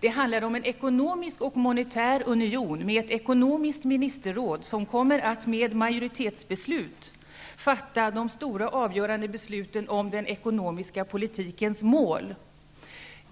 Det handlar om en ekonomisk och monetär union, med ett ekonomiskt ministerråd som kommer att med majoritetsbeslut fatta de avgörande besluten om den ekonomiska politikens mål.